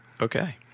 Okay